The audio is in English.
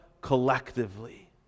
collectively